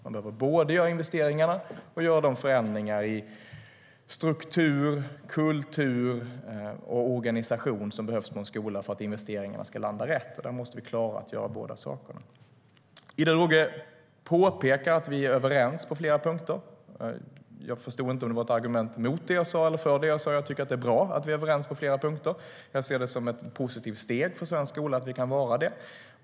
Man behöver både göra investeringarna och göra de förändringar i struktur, kultur och organisation som behövs på en skola för att investeringarna ska landa rätt. Vi måste klara att göra båda sakerna. Ida Drougge påpekar att vi är överens på flera punkter. Jag förstod inte om det var ett argument för eller emot det jag sa, men jag tycker att det är bra att vi är överens på flera punkter. Jag ser det som ett positivt steg för svensk skola att vi kan vara det.